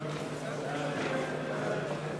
את חבר הכנסת יולי יואל אדלשטיין ליושב-ראש הכנסת נתקבלה.